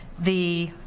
the